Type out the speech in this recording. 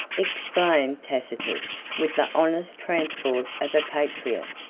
exclaimed tacitus, with the honest transport of a patriot,